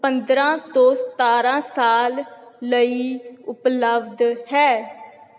ਪੰਦਰ੍ਹਾਂ ਤੋਂ ਸਤਾਰ੍ਹਾਂ ਸਾਲ ਲਈ ਉਪਲਬਧ ਹੈ